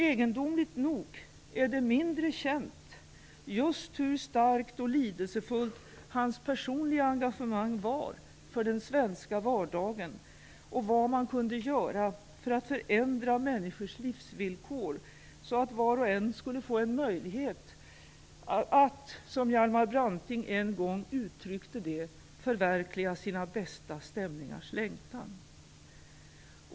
Egendomligt nog är det mindre känt just hur starkt och lidelsefullt hans personliga engagemang var för den svenska vardagen, och vad man kunde göra för att förändra människors livsvillkor så att var och en skulle få en möjlighet att, som Hjalmar Branting en gång uttryckte det, "förverkliga sina bästa stämningars längtan".